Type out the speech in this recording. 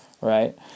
right